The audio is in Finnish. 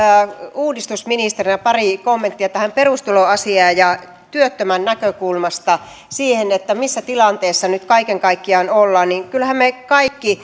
uudistusministerinä pari kommenttia tähän perustuloasiaan ja ja työttömän näkökulmasta siihen missä tilanteessa nyt kaiken kaikkiaan ollaan kyllähän me kaikki